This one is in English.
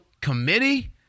committee